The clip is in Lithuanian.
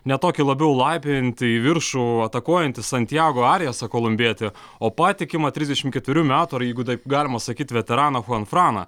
ne tokį labiau laipiojantį į viršų atakuojantį santijago arijasą kolumbietį o patikimą trisdešimt ketverių metų ar jeigu taip galima sakyti veteraną chuan franą